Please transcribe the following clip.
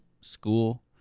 school